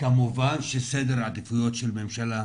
כמובן שסדר העדיפויות של ממשלה,